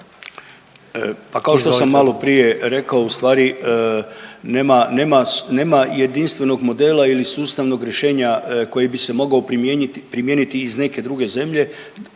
Pa kao što sam malo prije rekao u stvari nema jedinstvenog modela ili sustavnog rješenja koji bi se mogao primijeniti iz neke druge zemlje,